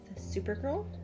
Supergirl